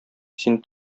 син